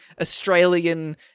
Australian